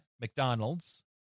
McDonald's